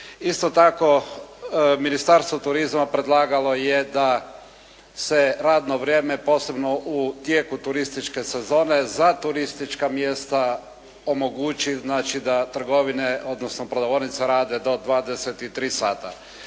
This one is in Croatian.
Isto tako Ministarstvo turizma predlagalo je da se radno vrijeme posebno u tijeku turističke sezone za turistička mjesta omogući znači da trgovine, odnosno prodavaonice rade do 23 sata.